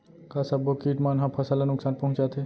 का सब्बो किट मन ह फसल ला नुकसान पहुंचाथे?